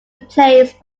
replaced